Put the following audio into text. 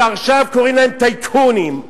ועכשיו קוראים להם טייקונים,